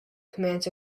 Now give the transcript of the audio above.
commands